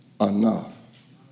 enough